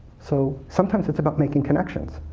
so sometimes it's about making connections.